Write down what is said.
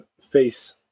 face